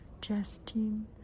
Justin